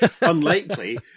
Unlikely